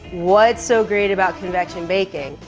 what's so great about convection baking?